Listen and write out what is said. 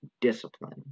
discipline